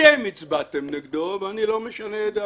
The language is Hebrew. אתם הצבעתם נגדו, ואני לא משנה את דעתי.